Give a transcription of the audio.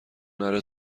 نره